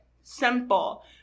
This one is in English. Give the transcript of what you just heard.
Simple